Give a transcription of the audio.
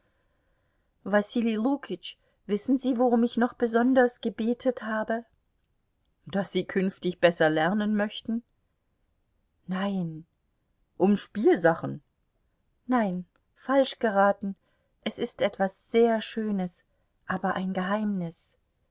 lukitsch wissen sie worum ich noch besonders gebetet habe daß sie künftig besser lernen möchten nein um spielsachen nein falsch geraten es ist etwas sehr schönes aber ein geheimnis